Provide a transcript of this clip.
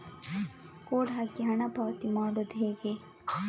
Code ಹಾಕಿ ಹಣ ಪಾವತಿ ಮಾಡೋದು ಹೇಗೆ?